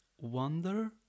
wonder